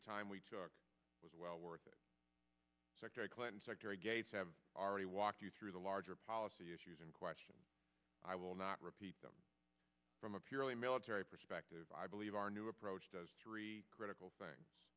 the time we took was well worth it secretary clinton secretary gates have already walked you through the larger policy issues and questions i will not repeat them from a purely military perspective i believe our new approach does three critical thing